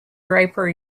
draper